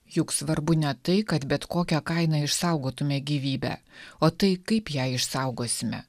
juk svarbu ne tai kad bet kokia kaina išsaugotumėme gyvybę o tai kaip ją išsaugosime